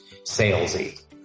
salesy